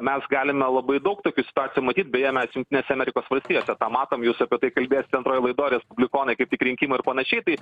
mes galime labai daug tokių situacijų matyt beje mes jungtinėse amerikos valstijose tą matom jūs apie tai kalbėsite antroj laidoj respublikonai kaip tik rinkimai ar panašiai tai